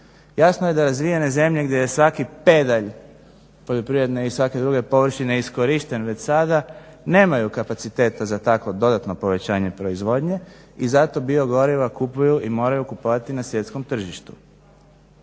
Jasno je da razvijene zemlje gdje je svaki pedalj poljoprivredne i svake druge površine iskorišten već sada nemaju kapaciteta za takvo dodatno povećanje proizvodnje i zato biogoriva kupuju i moraju kupovati na svjetskom tržištu.